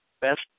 best